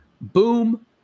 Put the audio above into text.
boom